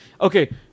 Okay